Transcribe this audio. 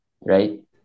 right